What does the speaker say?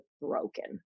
broken